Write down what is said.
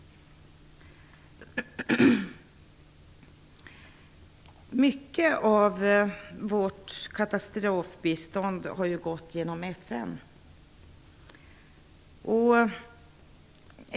Mycket av vårt katastrofbistånd har ju gått genom FN.